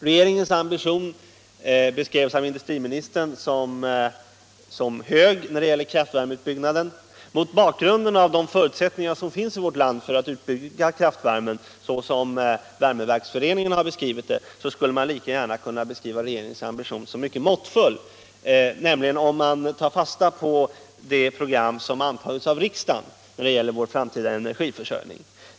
Regeringens ambition beskrivs av industriministern som hög när det gäller kraftvärmeutbyggnaden. Med de förutsättningar som enligt Vär meverksföreningen finns i vårt land för att bygga ut kraftvärmen skulle man lika gärna kunna beskriva regeringens ambition som mycket måttfull - om man tar fasta på det program som antagits av riksdagen när det gäller vår framtida energiförsörjning.